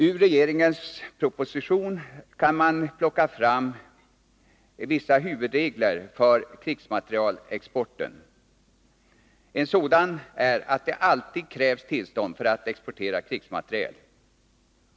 Ur regeringens proposition kan man plocka fram vissa huvudregler för krigsmaterielexporten. En sådan regel är att det alltid krävs tillstånd för att exportera krigsmateriel.